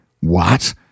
What